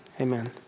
amen